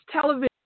television